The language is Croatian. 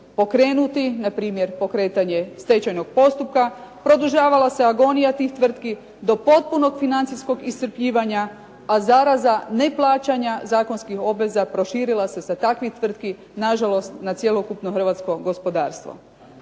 pokrenuti, na primjer pokretanje stečajnog postupka, produžavala se agonija tih tvrtki do potpunog financijskog iscrpljivanja a zaraza neplaćanja zakonskih obveza proširila se sa takvih tvrtki na žalost na cjelokupno hrvatsko gospodarstvo.